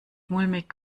mulmig